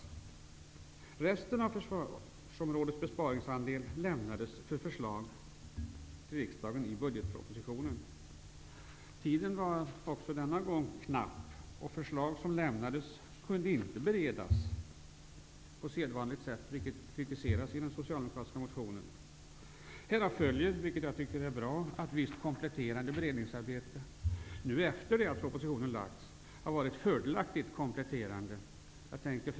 Beträffande resten av försvarsområdets besparingsandel överlämnades det till regeringen att återkomma till riksdagen med förslag i budgetpropositionen. Tiden var också denna gång knapp, och de förslag som lämnades kunde inte beredas på sedvanligt sätt, vilket kritiserades i den socialdemokratiska partimotionen. Härav följer, vilket jag tycker är bra, visst kompletterande beredningsarbete. Det som utförts efter det att propositionen lagts fram har varit fördelaktigt kompletterande.